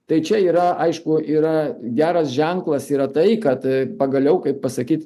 tai čia yra aišku yra geras ženklas yra tai kad pagaliau kaip pasakyt